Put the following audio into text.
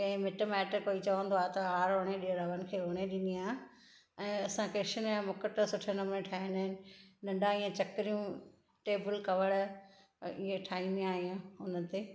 ऐं मिटु माइटु कोइ चवंदो त आर हड़ी ॾे रवनि खे हणी ॾींदी आहियां ऐं असां कृष्ण जा मुकुट सुठे नमूने ठाहींदा आहियूं नंढा हीअं चकरियूं टेबल कवर हीअं ठाहींदी आहियां हुन ते